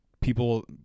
people